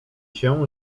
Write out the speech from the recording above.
się